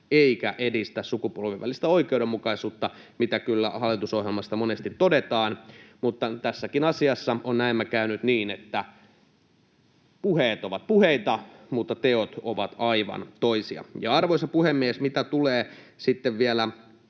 eikä edistä sukupolvien välistä oikeudenmukaisuutta, mistä kyllä hallitusohjelmassa monesti todetaan, mutta tässäkin asiassa on näemmä käynyt niin, että puheet ovat puheita mutta teot ovat aivan toisia. Ja, arvoisa puhemies, mitä tulee sitten